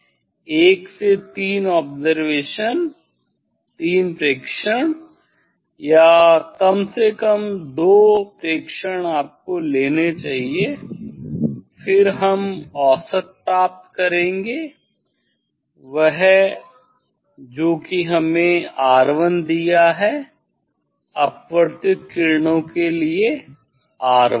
1 से 3 ऑब्जरवेशन 3 प्रेक्षण या कम से कम 2 प्रेक्षण आपको लेने चाहिए फिर हम औसत प्राप्त करेंगे वह जो कि हमें R1 दिया है अपवर्तित किरणों के लिए R1